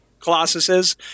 Colossuses